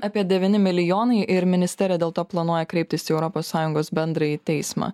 apie devyni milijonai ir ministerija dėl to planuoja kreiptis į europos sąjungos bendrąjį teismą